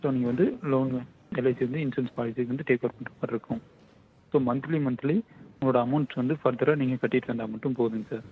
so நீங்கள் வந்து loan LIC வந்து இன்சூரன்ஸ் பாலிசியை வந்து டேக் ஓவர் பண்ணுற மாதிரி இருக்கும் ஸோ மன்த்லி மன்த்லி உங்களோட அமௌண்ட்ஸ் வந்து ஃபர்தராக நீங்கள் கட்டிட்டு வந்தால் மட்டும் போதும்ங்க சார்